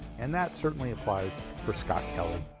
and that certainly applies for scott kelley.